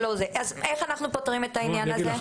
אז איך אנחנו פותרים את העניין הזה?